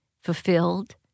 fulfilled